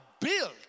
build